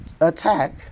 attack